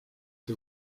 the